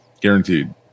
guaranteed